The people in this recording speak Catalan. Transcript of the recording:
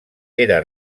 era